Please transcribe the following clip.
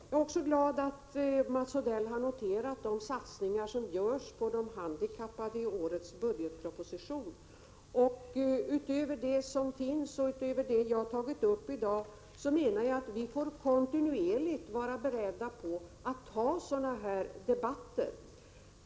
Jag är också glad att Mats Odell noterat satsningarna i årets budgetproposition för de handikappade. Utöver det som finns och det som jag har tagit upp i dag menar jag att vi kontinuerligt får vara beredda att ta sådana här debatter.